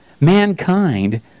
mankind